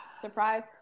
Surprise